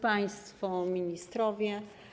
Państwo Ministrowie!